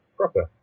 proper